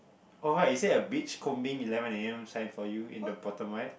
alright is there a beach combing eleven a_m sign for you in the bottom right